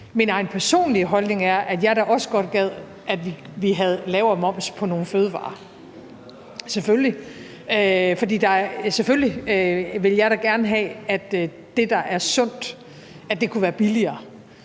Min egen personlige holdning er, at jeg da også godt gad, at vi havde lavere moms på nogle fødevarer. For selvfølgelig vil jeg da gerne have, at det, der er sundt, kunne være billigere.